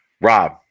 Rob